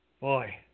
Boy